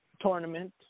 tournament